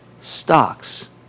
Stocks